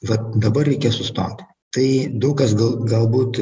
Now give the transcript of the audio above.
vat dabar reikia sustoti tai daug kas gal galbūt